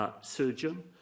Surgeon